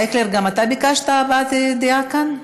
אייכלר, גם אתה ביקשת הבעת דעה כאן?